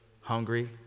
hungry